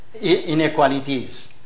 Inequalities